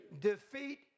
defeat